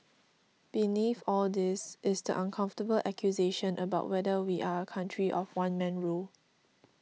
beneath all this is the uncomfortable accusation about whether we are a country of one man rule